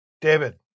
David